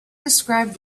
described